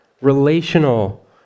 relational